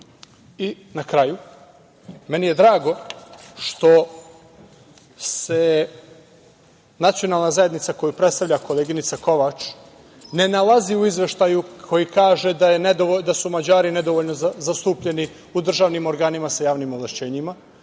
kraju, meni je drago što se nacionalna zajednica koju predstavlja koleginica Kovač, ne nalazi u izveštaju koji kaže da su Mađari nedovoljno zastupljeni u državnim organima sa javnim ovlašćenjima.